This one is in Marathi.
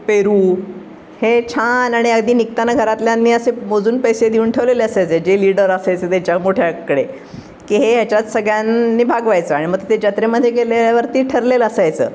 पेरू हे छान आणि अगदी निघताना घरातल्यांनी असे मोजून पैसे देऊन ठेवलेले असायचे जे लिडर असायचे त्यांच्या मोठ्यांकडे की हे याच्यात सगळ्यांनी भागवायचं आणि मग तिते जत्रेमध्ये गेल्यावरती ठरलेलं असायचं